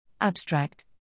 Abstract